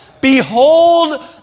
Behold